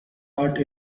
art